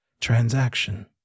transaction